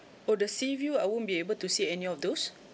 oh the sea view I won't be able to see any of those